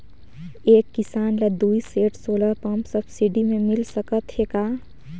एक किसान ल दुई सेट सोलर पम्प सब्सिडी मे मिल सकत हे का?